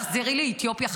תחזרי לאתיופיה,